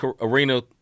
arena